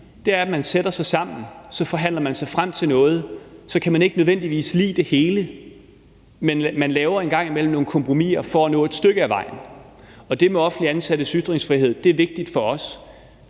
altså at man sætter sig sammen, og at man så forhandler sig frem til noget. Så kan man ikke nødvendigvis lide det hele, men man laver en gang imellem nogle kompromiser for at nå et stykke af vejen, og det med offentligt ansattes ytringsfrihed er vigtigt for os.